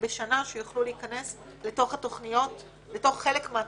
בשנה שיוכלו להיכנס לתוך חלק מהתכניות,